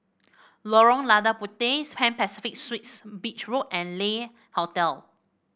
Lorong Lada Puteh Pan Pacific Suites Beach Road and Le Hotel